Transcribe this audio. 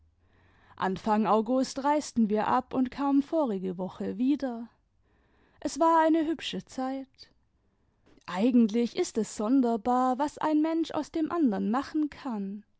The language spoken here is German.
august reisten wir ab und kamen vori e woche wieder es war eine hübsche zeit eigentlich ist es sonderbar was ein mensch aus dem andern machen kann